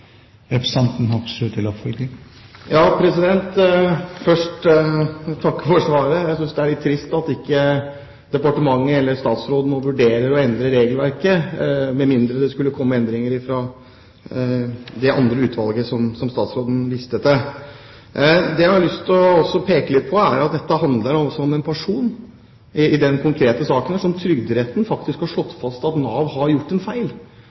for svaret. Jeg synes det er litt trist at ikke departementet – eller statsråden – nå vurderer å endre regelverket, med mindre det skulle komme endringer fra det utvalget som statsråden viste til. Det jeg også har lyst til å peke på, er at det i denne konkrete saken handler om en person som Trygderetten faktisk har slått fast at Nav har gjort en feil